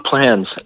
plans